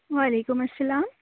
و علیکم السّلام